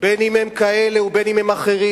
בין אם הם כאלה ובין אם הם אחרים,